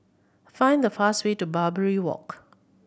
find the fast way to Barbary Walk